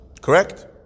Correct